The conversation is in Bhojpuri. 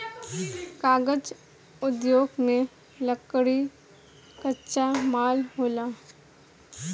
कागज़ उद्योग में लकड़ी कच्चा माल होला